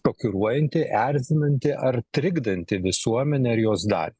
šokiruojanti erzinanti ar trikdanti visuomenę ar jos dalį